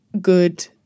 good